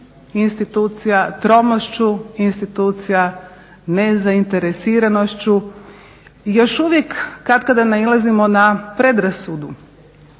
institucija, tromošću institucija, nezainteresiranošću i još uvijek katkada nailazimo na predrasudu